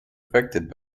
affected